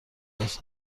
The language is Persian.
باز